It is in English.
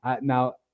now